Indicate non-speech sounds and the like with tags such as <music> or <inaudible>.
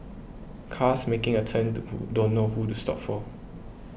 cars making a turn <unintelligible> don't know who to stop for